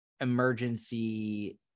emergency